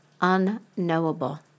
unknowable